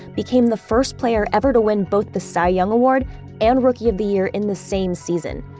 became the first player ever to win both the cy young award and rookie of the year in the same season.